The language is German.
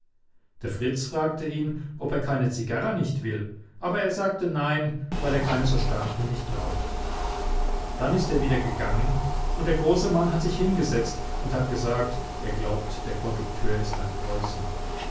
der fritz fragte ihn ob er keine zigarre nicht will aber er sagte nein weil er keine so starken nicht raucht dann ist er wieder gegangen und der große mann hat sich hingesetzt und hat gesagt er glaubt der kondukteur ist ein preuße